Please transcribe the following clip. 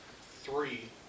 three